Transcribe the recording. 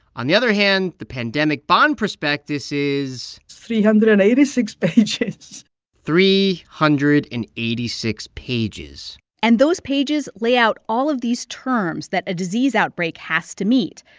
on the other hand, the pandemic bond prospectus is. three hundred eighty-six pages three hundred and eighty-six pages and those pages lay out all of these terms that a disease outbreak has to meet.